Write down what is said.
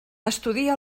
estudia